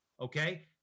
okay